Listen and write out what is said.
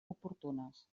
oportunes